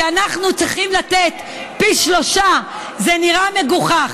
כשאנחנו צריכים לתת פי שלושה, זה נראה מגוחך.